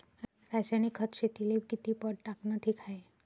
रासायनिक खत शेतीले किती पट टाकनं ठीक हाये?